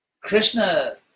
Krishna